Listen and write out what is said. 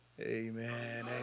Amen